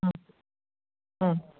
ಹ್ಞೂ ಹ್ಞೂ